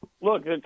look